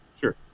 Sure